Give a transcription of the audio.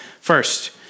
first